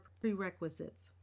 prerequisites